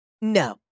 No